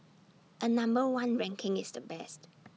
A number one ranking is the best